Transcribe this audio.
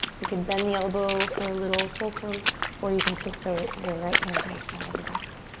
you can bend the elbow for a little fulcrum or you can take the the right hand to the small of the back.